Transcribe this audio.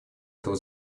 этого